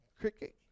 cricket